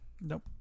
Nope